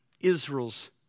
Israel's